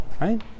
right